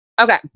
okay